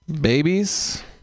Babies